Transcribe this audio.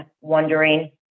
wondering